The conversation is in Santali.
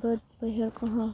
ᱵᱟᱹᱫᱽ ᱵᱟᱹᱭᱦᱟᱹᱲ ᱠᱚᱦᱚᱸ